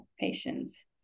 patients